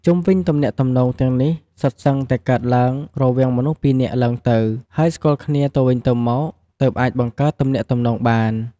ជុំវិញទំនាក់ទំនងទាំងនេះសុទ្ធសឹងតែកើតឡើងរវាងមនុស្សពីរនាក់ឡើងទៅ ហើយស្គាល់គ្នាទៅវិញទៅមកទើបអាចបង្កើតទំនាក់ទំនងបាន។